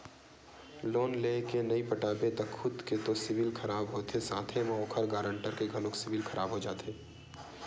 loan लेय के नइ पटाबे त खुद के तो सिविल खराब होथे साथे म ओखर गारंटर के घलोक सिविल खराब हो जाथे